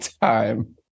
time